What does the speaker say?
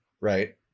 Right